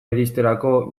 iristerako